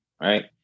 right